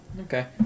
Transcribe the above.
Okay